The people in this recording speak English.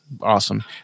awesome